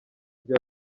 byo